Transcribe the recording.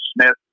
Smith